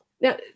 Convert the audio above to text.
Now